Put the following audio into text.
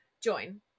join